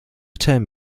term